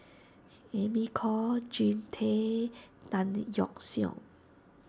Amy Khor Jean Tay Tan Yeok Seong